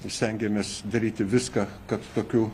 stengiamės daryti viską kad tokių